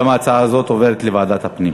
גם ההצעה הזאת עוברת לוועדת הפנים.